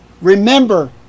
remember